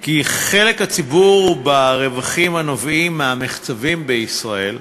כי חלק הציבור ברווחים הנובעים מהמחצבים בישראל,